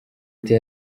ati